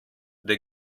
der